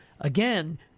again